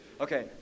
okay